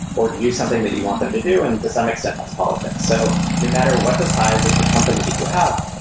or to use something that you want them to do. and to some extent, that's politics. so no matter what the size of the company that you have,